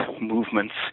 movements